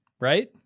right